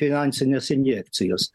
finansinės injekcijos